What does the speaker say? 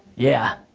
yeah,